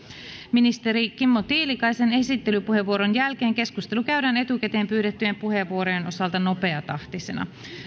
ministeri kimmo tiilikaisen esittelypuheenvuoron jälkeen keskustelu käydään etukäteen pyydettyjen puheenvuorojen osalta nopeatahtisena